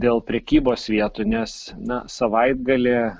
dėl prekybos vietų nes na savaitgalį